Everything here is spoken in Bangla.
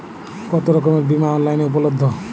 কতোরকমের বিমা অনলাইনে উপলব্ধ?